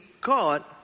God